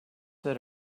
that